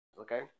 okay